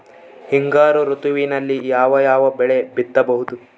ಹಿಂಗಾರು ಋತುವಿನಲ್ಲಿ ಯಾವ ಯಾವ ಬೆಳೆ ಬಿತ್ತಬಹುದು?